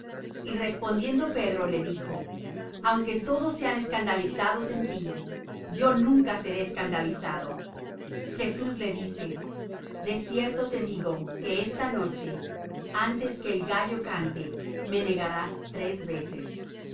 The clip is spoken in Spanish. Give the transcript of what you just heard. y respondiendo pedro le dijo aunque todos sean escandalizados en ti yo nunca seré escandalizado jesús le dice de cierto te digo que esta noche antes que el gallo cante me negarás tres veces